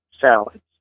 salads